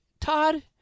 todd